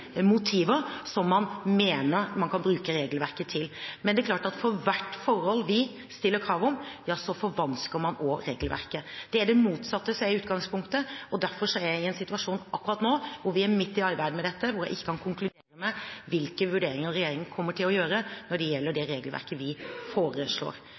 motiver som man mener man kan bruke regelverket til. Men det er klart at for hvert forhold man stiller krav om, forvansker man også regelverket. Det er det motsatte som er utgangspunktet, og derfor er jeg i en situasjon akkurat nå, midt i arbeidet med dette, hvor jeg ikke kan konkludere med hvilke vurderinger regjeringen kommer til å gjøre når det gjelder det regelverket vi foreslår.